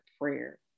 prayer